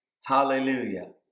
Hallelujah